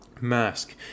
mask